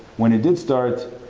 when it did start,